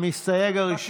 המסתייג הראשון,